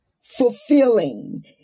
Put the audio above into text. fulfilling